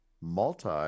multi